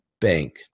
bank